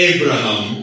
Abraham